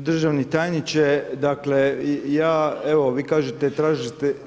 Državni tajniče, dakle ja, evo vi kažete